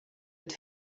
het